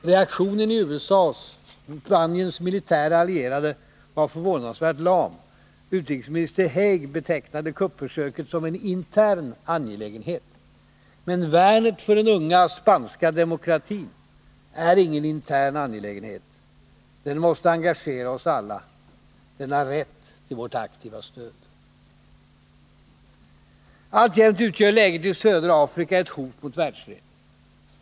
Reaktionen i USA, Spaniens militära allierade, var förvånansvärt lam. Utrikesminister Haig betecknade kuppförsöket som ”en intern angelägenhet”. Men värnet för den unga spanska demokratin är ingen intern angelägenhet. Den måste engagera oss alla. Den har rätt till vårt aktiva stöd. Alltjämt utgör läget i södra Afrika ett hot mot världsfreden.